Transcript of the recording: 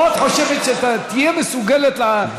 פה את חושבת שאת תהיי מסוגלת להסדיר את הדברים?